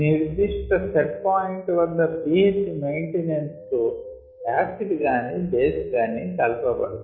నిర్దిష్ట set point వద్ద pH maintenance కు యాసిడ్ గాని బేస్ గాని కలుపబడుతుంది